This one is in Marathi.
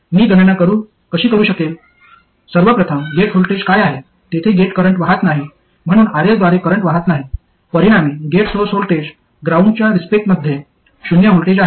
मी गणना कशी करू शकेन सर्व प्रथम गेट व्होल्टेज काय आहे तेथे गेट करंट वाहत नाही म्हणून Rs द्वारे करंट वाहत नाही परिणामी गेट सोर्स व्होल्टेज ग्राउंडच्या रिस्पेक्टमध्ये शून्य व्होल्ट आहे